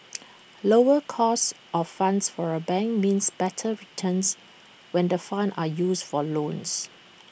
lower cost of funds for A bank means better returns when the funds are used for loans